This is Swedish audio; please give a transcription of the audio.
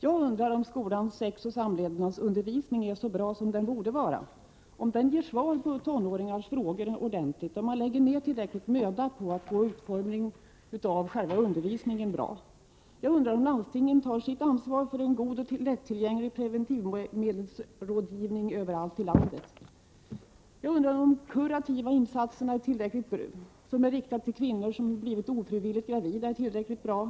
Jag undrar om skolans sexoch samlevnadsundervisning är så bra som den borde vara, om den ger svar på tonåringars frågor ordentligt, om man lägger ned tillräcklig möda på utformningen av själva undervisningen. Jag undrar om de kurativa insatserna riktade till kvinnor som har blivit ofrivilligt gravida är tillräckligt bra.